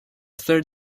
third